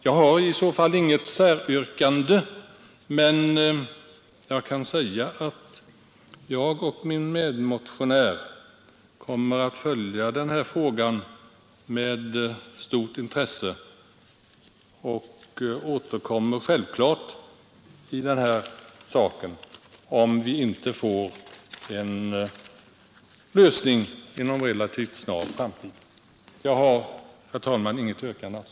Jag har i så fall inget säryrkande, men jag kan säga att jag och min medmotionär kommer att följa denna fråga med stort intresse och självfallet återkommer om problemet inte löses inom relativt snar framtid. Jag har alltså, herr talman, inget yrkande.